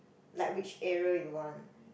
like which area you want